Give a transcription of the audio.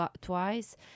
twice